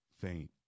faint